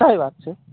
सही बात छै